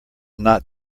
not